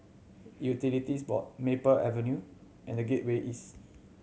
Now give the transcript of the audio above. Utilities Board Maple Avenue and The Gateway East